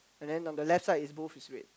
but then on the left side is both it's weight